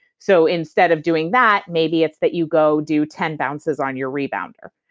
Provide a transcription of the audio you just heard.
so instead of doing that, maybe it's that you go do ten bounces on your rebounder,